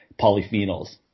polyphenols